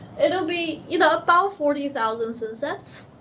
it'll be, you know, about forty thousand synsets.